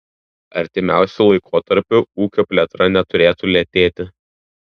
artimiausiu laikotarpiu ūkio plėtra neturėtų lėtėti